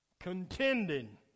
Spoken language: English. Contending